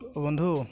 বন্ধু